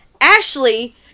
Ashley